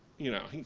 you know,